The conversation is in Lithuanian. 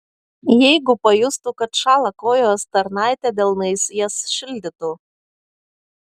jeigu pajustų kad šąla kojos tarnaitė delnais jas šildytų